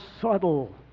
subtle